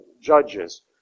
Judges